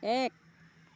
এক